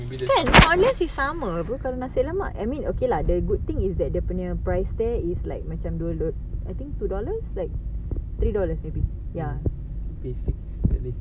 basic